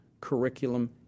curriculum